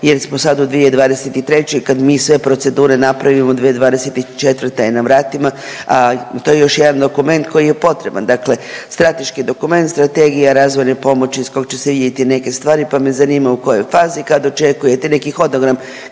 jer smo sad u 2023. kad mi sve procedure napravimo 2024. je na vratima, a to je još jedan dokument koji je potreban. Dakle, strateški dokument Strategija razvojne pomoći iz kog će se vidjeti neke stvari pa me zanima u kojoj je fazi i kad očekujete, neki hodogram